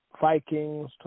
Vikings